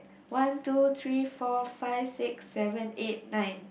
one two three four five six seven eight nine